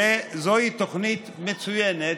זוהי תוכנית מצוינת,